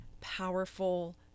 powerful